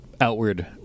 outward